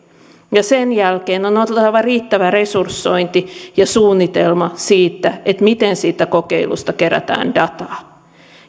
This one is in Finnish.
kokeilla sen jälkeen on oltava riittävä resursointi ja suunnitelma siitä miten siitä kokeilusta kerätään dataa